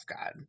God